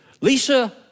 Lisa